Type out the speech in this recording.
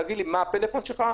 תגיד לי מה הפלאפון שלך,